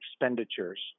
expenditures